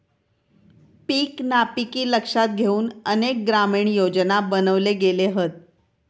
पीक नापिकी लक्षात घेउन अनेक ग्रामीण योजना बनवले गेले हत